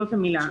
זאת המילה.